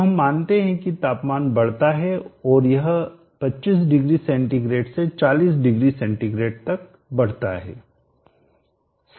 अब हम मानते हैं कि तापमान बढ़ता है और यह 25 डिग्री सेंटीग्रेड से 40 डिग्री सेंटीग्रेड तक बढ़ता है